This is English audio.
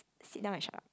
sit down and shut up